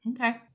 Okay